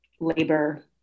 labor